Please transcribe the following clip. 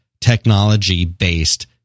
technology-based